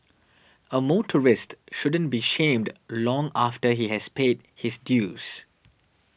a motorist shouldn't be shamed long after he has paid his dues